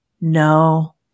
no